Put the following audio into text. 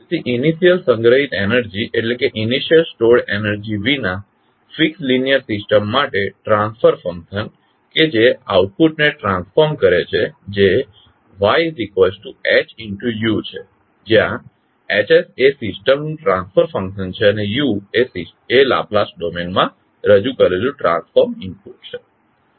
તેથી ઇનિશિયલ સંગ્રહિત એનર્જી વિના ફિક્સ લિનીઅર સિસ્ટમ માટે ટ્રાન્સફર ફંકશન કે જે આઉટપુટ ને ટ્રાન્સફોર્મ કરે છે કે જે YsHsU છે જ્યાં H એ સિસ્ટમનું ટ્રાન્સફર ફંક્શન છે અને U એ લાપ્લાસ ડોમેન માં રજૂ કરેલું ટ્રાન્સફોર્મ ઇનપુટ છે